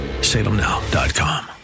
salemnow.com